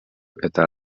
эта